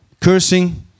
cursing